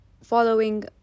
following